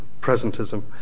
presentism